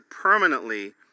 permanently